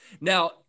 Now